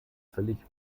völlig